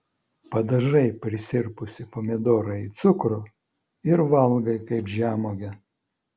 padažai prisirpusį pomidorą į cukrų ir valgai kaip žemuogę